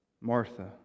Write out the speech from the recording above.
Martha